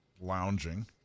lounging